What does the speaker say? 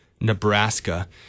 Nebraska